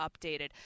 updated